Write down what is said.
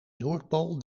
noordpool